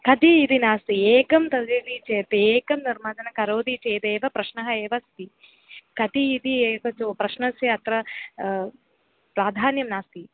कति इति नास्ति एकं ददाति चेत् एकं निर्माजनं करोति चेदेव प्रश्नः एव अस्ति कति इति एक तु प्रश्नस्य अत्र प्राधान्यं नास्ति